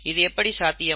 இது எப்படி சாத்தியம்